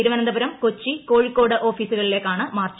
തിരുവനന്തപുരം കൊച്ചി കോഴിക്കോട് ഓഫീസുകളിലേക്കാണ് മാർച്ച്